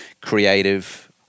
creative